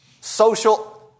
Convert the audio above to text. social